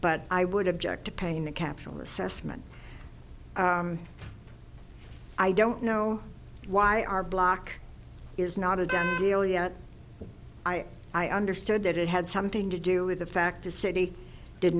but i would object to paying the capital assessment i don't know why our block is not a done deal yet i i understood that it had something to do with the fact the city did